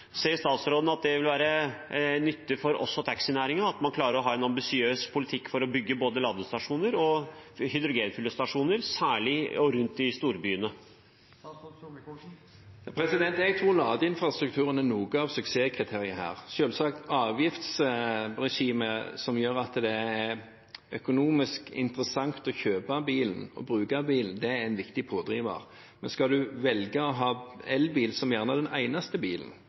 Ser statsråden at det vil være nyttig for oss og taxinæringen at man klarer å ha en ambisiøs politikk for å bygge både ladestasjoner og hydrogenfyllestasjoner, særlig rundt og i storbyene? Jeg tror ladeinfrastrukturen er noe av suksesskriteriet her, og selvsagt avgiftsregimet som gjør at det er økonomisk interessant å kjøpe bilen og bruke bilen. Det er en viktig pådriver. Men skal man velge å ha elbil som den eneste bilen,